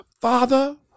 Father